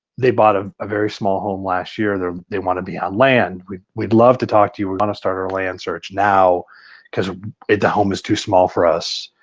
they bought a very small home last year and they want to be on land. we'd we'd love to talk to you, we're gonna start our land search now because the home is too small for us.